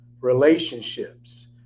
relationships